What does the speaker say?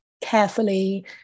carefully